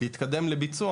להתקדם לביצוע